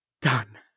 Done